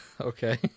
Okay